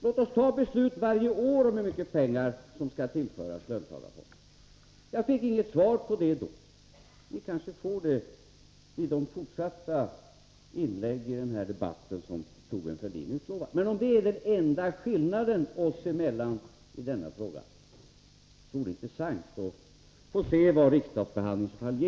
Låt oss fatta beslut varje år om hur mycket pengar som skall tillföras löntagarfonderna, sade jag. Jag fick inget svar på det erbjudandet, men jag kanske får det i de fortsatta inlägg i den här debatten som Thorbjörn Fälldin utlovat. Om det är den enda skillnaden oss emellan i denna fråga, så skall det, herr talman, bli intressant att se vad riksdagsbehandlingen kan ge.